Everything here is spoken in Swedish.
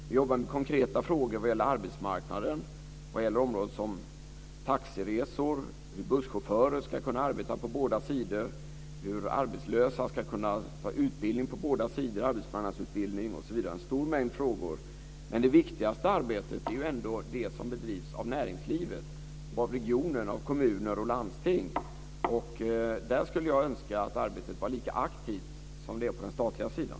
Vi jobbar med konkreta frågor när det gäller arbetsmarknaden, t.ex. områden som taxiresor, hur busschaufförer ska kunna arbeta på båda sidor, hur arbetslösa ska kunna delta i arbetsmarknadsutbildning på båda sidor osv. Det är en stor mängd frågor. Men det viktigaste arbetet är ändå det som bedrivs av näringslivet och av regionen, kommuner och landsting. Där skulle jag önska att arbetet var lika aktivt som det är på den statliga sidan.